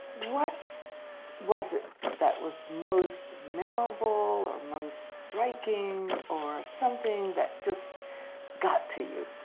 what was it that was most memorable, or most striking, or something that just got to you?